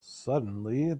suddenly